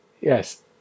Yes